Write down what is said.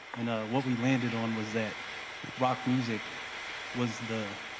and what we landed on was that rock music was the